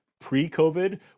pre-COVID